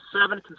seven